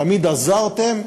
תמיד עזרתם,